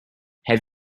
have